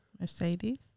Mercedes